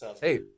Hey